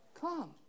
come